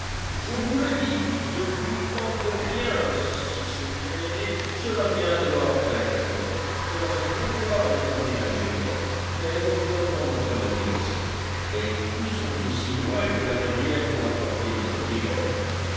je vous le dis il ne lui manque rien si ce n'est cela viendra pencroff cela se trouvera répondit l'ingénieur mais reprenons notre navigation et poussons aussi loin que la rivière pourra porter notre pirogue